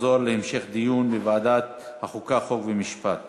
לוועדת החוקה, חוק ומשפט